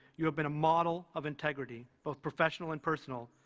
you have been a model of integrity, both professional and personal,